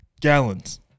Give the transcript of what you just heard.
Gallons